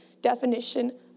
definition